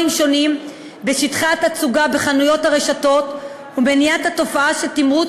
שונים בשטחי התצוגה בחנויות הרשתות ומניעת התופעה של תמרוץ